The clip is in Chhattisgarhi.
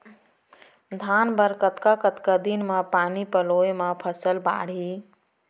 धान बर कतका कतका दिन म पानी पलोय म फसल बाड़ही?